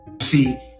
See